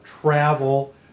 travel